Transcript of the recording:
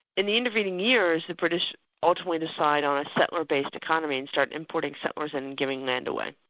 in the intervening years the british ultimately decide on a settler-based economy and started importing settlers and giving land a way.